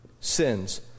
sins